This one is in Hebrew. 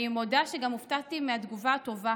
אני מודה שגם הופתעתי מהתגובה הטובה,